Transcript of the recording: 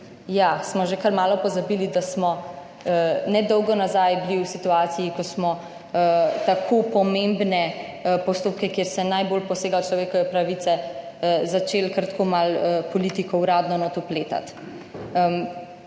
Ja, smo že kar malo pozabili, da smo nedolgo nazaj bili v situaciji, ko smo tako pomembne postopke, kjer se najbolj posega v človekove pravice, začeli kar tako malo politiko uradno noter vpletati.